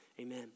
Amen